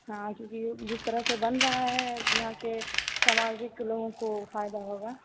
हाँ क्योंकि जिस तरह से बन रहा है यहाँ के सामाजिक लोगों को फायदा होगा